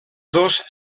dos